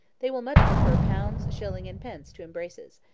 they will much prefer pounds, shillings, and pence to embraces,